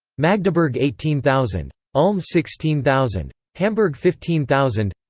magdeburg eighteen thousand. ulm sixteen thousand. hamburg fifteen thousand.